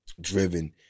driven